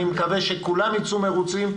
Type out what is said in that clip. אני מקווה שכולם יצאו מרוצים,